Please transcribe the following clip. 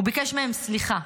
הוא ביקש מהם סליחה.